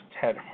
Ted